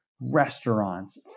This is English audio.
restaurants